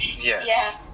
Yes